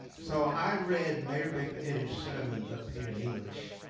so i read mary baker eddy's sermons up here in english,